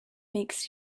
makes